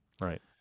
right